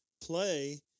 play